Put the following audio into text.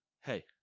Hey